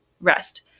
rest